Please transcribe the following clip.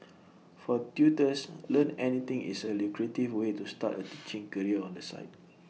for tutors Learn Anything is A lucrative way to start A teaching career on the side